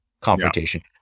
confrontation